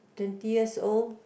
twenty years old